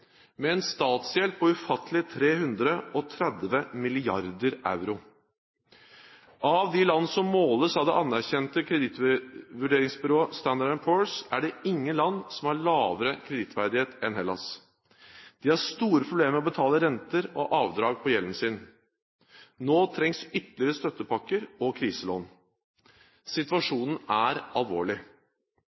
med en statsgjeld på ufattelige 330 mrd. euro. Av de land som måles av det anerkjente kredittvurderingsbyrået Standard & Poor’s, er det ingen land som har lavere kredittverdighet enn Hellas. De har store problemer med å betale renter og avdrag på gjelden sin. Nå trengs det ytterligere støttepakker og kriselån. Situasjonen er alvorlig.